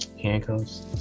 handcuffs